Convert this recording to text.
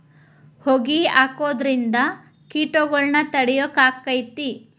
ಹೊಗಿ ಹಾಕುದ್ರಿಂದ ಕೇಟಗೊಳ್ನ ತಡಿಯಾಕ ಆಕ್ಕೆತಿ?